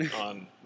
on